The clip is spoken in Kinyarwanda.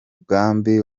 mugambi